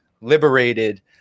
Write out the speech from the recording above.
liberated